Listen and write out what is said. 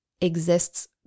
exists